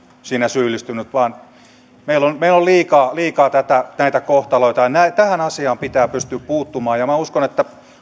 siinä syyllistynyt meillä on meillä on liikaa liikaa näitä kohtaloita ja tähän asiaan pitää pystyä puuttumaan minä uskon että